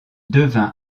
devint